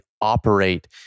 operate